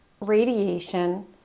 radiation